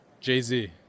Jay-Z